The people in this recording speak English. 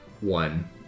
...one